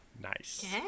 Nice